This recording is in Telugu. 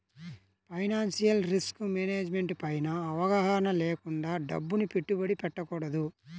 ఫైనాన్షియల్ రిస్క్ మేనేజ్మెంట్ పైన అవగాహన లేకుండా డబ్బుని పెట్టుబడి పెట్టకూడదు